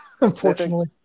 unfortunately